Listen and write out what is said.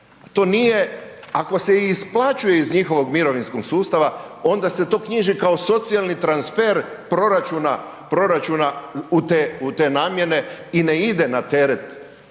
država. Ako se i isplaćuje iz njihovog mirovinskog sustava onda se to knjiži kao socijalni transfer proračuna u te namjene i ne ide na teret